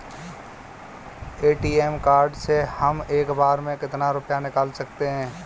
ATM card से हम एक बार में कितना रुपया निकाल सकते हैं?